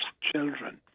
children